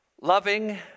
loving